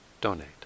donate